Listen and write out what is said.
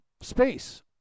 space